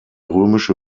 römische